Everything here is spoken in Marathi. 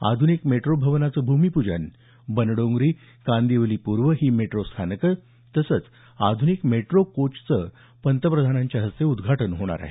आधुनिक मेट्रो भवनाचं भूमिपूजन बनडोंगरी कांदिवली पूर्व ही मेट्रो स्थानकं तसंच आधुनिक मेट्रो कोचचं पंतप्रधानांच्या हस्ते उद्धाटन होणार आहे